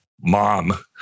mom